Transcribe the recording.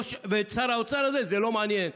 ואת שר האוצר הזה זה לא מעניין.